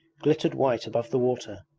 glittered white above the water,